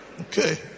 Okay